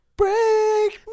break